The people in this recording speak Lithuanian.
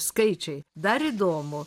skaičiai dar įdomu